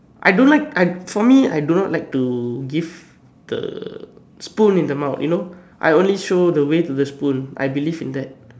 I don't like I for me I do not like to give the spoon in the mouth you know I only show the way to the spoon I believe in that